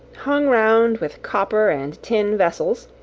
hung round with copper and tin vessels,